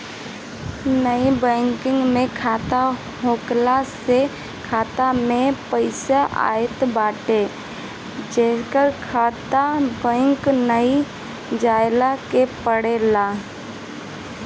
net banking में खाता होखला से खाता में पईसा आई बाटे इ जांचे खातिर बैंक नाइ जाए के पड़त बाटे